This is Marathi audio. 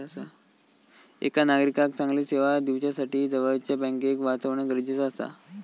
एका नागरिकाक चांगली सेवा दिवच्यासाठी जवळच्या बँकेक वाचवणा गरजेचा आसा